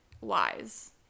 Wise